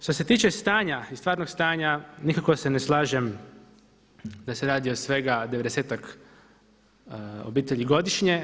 Što se tiče stanja i stvarnog stanja, nikako se ne slažem da se radi o svega 90-ak obitelji godišnje.